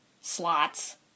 slots